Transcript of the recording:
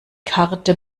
karte